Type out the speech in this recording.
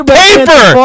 paper